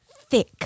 thick